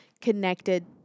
connected